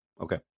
Okay